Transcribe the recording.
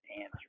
answer